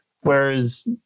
whereas